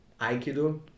Aikido